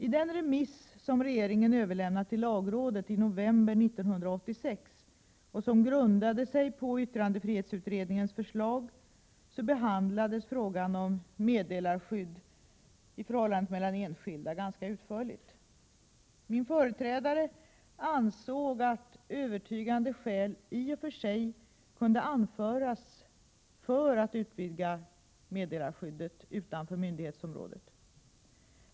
I den remiss som regeringen överlämnade till lagrådet i november 1986 och som grundade sig på yttrandefrihetsutredningens förslag behandlades frågan om meddelarskydd i förhållandet mellan enskilda ganska utförligt. Min företrädare ansåg att övertygande skäl i och för sig kunde anföras för att man skall utvidga meddelarskyddet utanför myndighetsområdet.